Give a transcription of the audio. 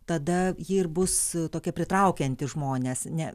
tada ji ir bus tokia pritraukiant žmones ne